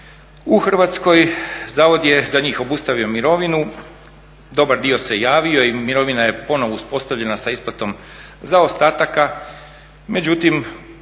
u Hrvatskoj. Zavod je za njih obustavio mirovinu, dobar dio se javio i mirovina je ponovno uspostavljena sa isplatnom zaostataka, međutim